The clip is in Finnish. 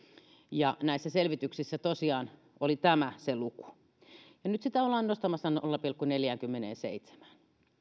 näissä selvityksissä tosiaan tämä oli se luku ja nyt sitä ollaan nostamassa nolla pilkku neljäänkymmeneenseitsemään